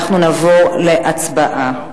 אנחנו נעבור להצבעה.